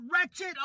Wretched